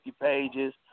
pages